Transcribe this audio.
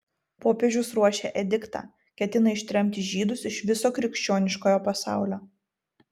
popiežius ruošia ediktą ketina ištremti žydus iš viso krikščioniškojo pasaulio